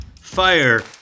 fire